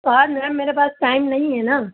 تو آج میم میرے پاس ٹائم نہیں ہے نا